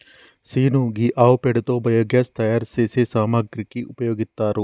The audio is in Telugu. సీను గీ ఆవు పేడతో బయోగ్యాస్ తయారు సేసే సామాగ్రికి ఉపయోగిత్తారు